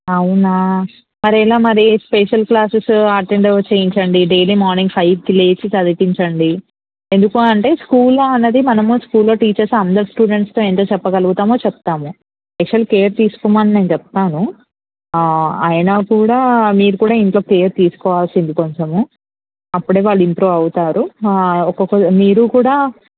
అవునా మరెలా మరి స్పెషల్ క్లాసెసు అటెండ్ చెయ్యించండి డైలీ మార్నింగ్ ఫైవ్కి లేపి చదివించండి ఎందుకు అంటే స్కూలు అనేది మనము స్కూల్లో టీచర్సు అందరు స్టూడెంట్స్తో ఎంత చెప్పగలుగుతామో చెప్తాము స్పెషల్ కేర్ తీసుకోమని నేను చెప్తాను అయినా కూడా మీరు కూడా ఇంట్లో కేర్ తీసుకోవాల్సింది కొంచెము అప్పుడే వాళ్ళు ఇంప్రూవ్ అవుతారు మీరూ కూడా